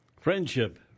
Friendship